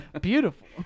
beautiful